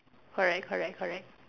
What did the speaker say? correct correct correct